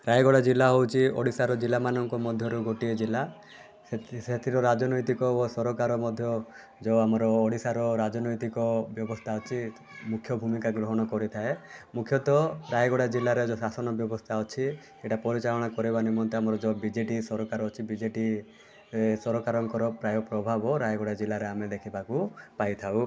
ରାୟଗଡ଼ା ଜିଲ୍ଲା ହେଉଛି ଓଡ଼ିଶାର ଜିଲ୍ଲାମାନଙ୍କ ମଧ୍ୟରୁ ଗୋଟିଏ ଜିଲ୍ଲା ସେଥିର ସେଥିରେ ରାଜନୈତିକ ଓ ସରକାର ମଧ୍ୟ ଯେଉଁ ଆମର ଓଡ଼ିଶାର ରାଜନୈତିକ ବ୍ୟବସ୍ଥା ଅଛି ମୁଖ୍ୟ ଭୂମିକା ଗ୍ରହଣ କରିଥାଏ ମୁଖ୍ୟତଃ ରାୟଗଡ଼ା ଜିଲ୍ଲାର ଯେଉଁ ଶାସନ ବ୍ୟବସ୍ଥା ଅଛି ଏଇଟା ପରିଚାଳନା କରିବା ନିମନ୍ତେ ଯେଉଁ ବି ଜେ ଡ଼ି ସରକାର ଅଛି ଆମର ବି ଜେ ଡ଼ି ଇ ସରକାରଙ୍କର ପ୍ରାୟ ପ୍ରଭାବ ରାୟଗଡ଼ା ଜିଲ୍ଲାରେ ଆମେ ଦେଖିବାକୁ ପାଇଥାଉ